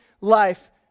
life